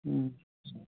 ꯎꯝ